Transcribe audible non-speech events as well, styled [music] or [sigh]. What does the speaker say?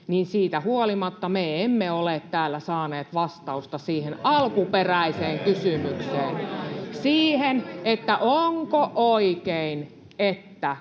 siitä huolimatta me emme ole täällä saaneet vastausta siihen alkuperäiseen kysymykseen, [noise] siihen, että onko oikein, että